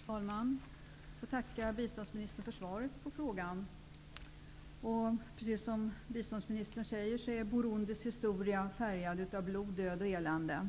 Herr talman! Jag får tacka biståndsministern för svaret på frågan. Precis som biståndsministern säger är Burundis historia färgad av död, blod och elände.